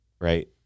right